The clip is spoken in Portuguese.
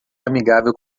amigável